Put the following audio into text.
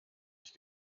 mich